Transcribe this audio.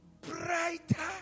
brighter